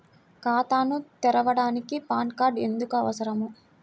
ఖాతాను తెరవడానికి PAN card ఎందుకు అవసరము?